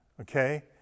Okay